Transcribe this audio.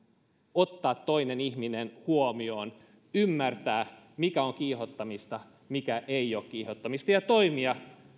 ottaa toisen ihmisen huomioon ymmärtää mikä on kiihottamista mikä ei ole kiihottamista ja toimia